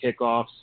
kickoffs